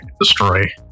Destroy